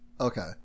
Okay